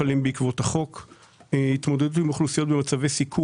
אל תשכחו שהייתי יושב ראש ועדה ואני קנאי לסדר בוועדות.